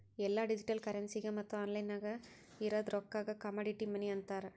ಎಲ್ಲಾ ಡಿಜಿಟಲ್ ಕರೆನ್ಸಿಗ ಮತ್ತ ಆನ್ಲೈನ್ ನಾಗ್ ಇರದ್ ರೊಕ್ಕಾಗ ಕಮಾಡಿಟಿ ಮನಿ ಅಂತಾರ್